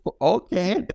Okay